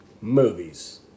movies